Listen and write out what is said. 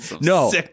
no